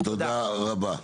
תודה רבה.